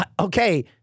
Okay